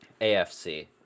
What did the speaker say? AFC